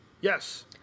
Yes